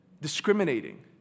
Discriminating